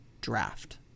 draft